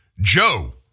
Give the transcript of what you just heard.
Joe